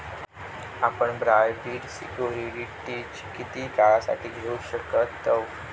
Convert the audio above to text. आपण hybrid securities किती काळासाठी घेऊ शकतव